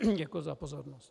Děkuji za pozornost.